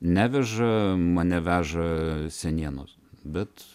neveža mane veža senienos bet